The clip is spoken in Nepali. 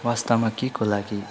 वास्तवमा केको लागि